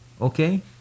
okay